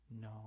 no